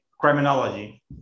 criminology